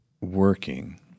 working